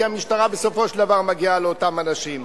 כי המשטרה בסופו של דבר מגיעה לאותם אנשים.